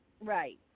Right